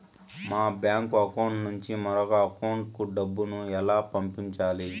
మా bank account నుండి మరొక అకౌంట్ కు డబ్బును ఎలా పంపించాలి